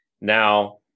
Now